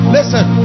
Listen